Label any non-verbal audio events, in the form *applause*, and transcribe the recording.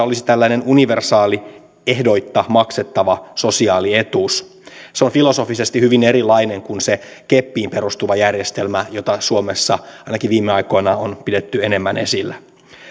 *unintelligible* olisi tällainen universaali ehdoitta maksettava sosiaalietuus se on filosofisesti hyvin erilainen kuin se keppiin perustuva järjestelmä jota suomessa ainakin viime aikoina on pidetty enemmän esillä